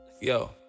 Yo